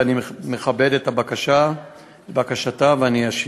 ואני מכבד את בקשתה ואני אשיב.